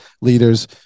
leaders